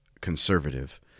conservative